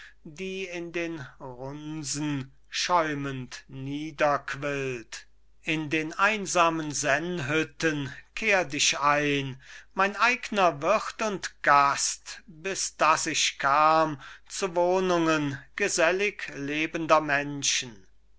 die in den runsen schäumend niederquillt in den einsamen sennhütten kehrt ich ein mein eigner wirt und gast bis dass ich kam zu wohnungen gesellig lebender menschen